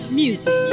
music